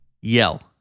Yell